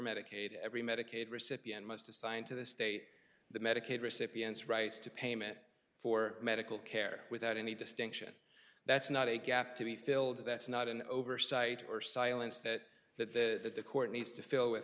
medicaid every medicaid recipient must assign to the state the medicaid recipients rights to payment for medical care without any distinction that's not a gap to be filled that's not an oversight or silence that that that the court needs to fill with